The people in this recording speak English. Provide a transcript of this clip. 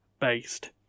based